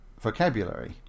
vocabulary